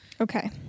Okay